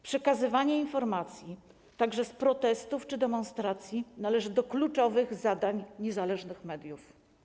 Przekazywanie informacji, także z protestów czy demonstracji należy do kluczowych zadań niezależnych mediów.